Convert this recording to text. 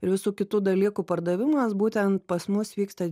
ir visų kitų dalykų pardavimas būtent pas mus vyksta